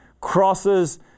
crosses